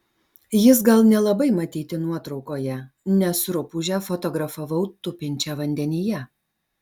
jis gal nelabai matyti nuotraukoje nes rupūžę fotografavau tupinčią vandenyje